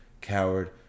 coward